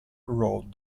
wrote